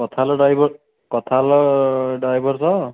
କଥା ହେଲ ଡ୍ରାଇଭର୍ କଥା ହେଲ ଡ୍ରାଇଭର୍ ସହ